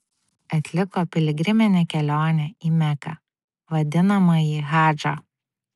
atliko piligriminę kelionę į meką vadinamąjį hadžą